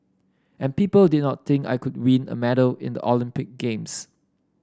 and people did not think I could win a medal in the Olympic Games